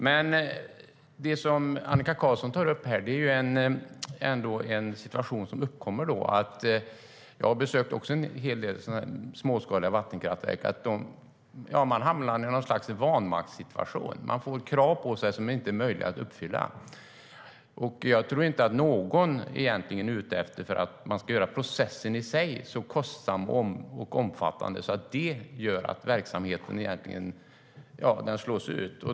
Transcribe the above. Annika Qarlsson tar upp en situation som uppkommer. Också jag har besökt en hel del småskaliga vattenkraftverk och sett att de hamnar i något slags vanmaktssituation. De får krav på sig som inte är möjliga att uppfylla. Jag tror inte att någon egentligen är ute efter att man ska göra processen i sig så kostsam och omfattande att verksamheten slås ut.